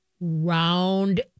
round